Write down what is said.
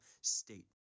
state